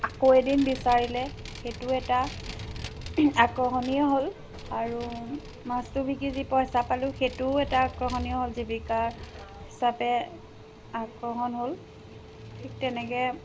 আকৌ এদিন বিচাৰিলে সেইটো এটা আকৰ্ষণীয়ই হ'ল আৰু মাছটো বিকি যি পইচা পালোঁ সেইটোও এটা আকৰ্ষণীয় হ'ল জীৱিকা হিচাপে আকৰ্ষণ হ'ল ঠিক তেনেকৈ